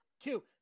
Two